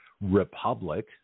republic